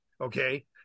okay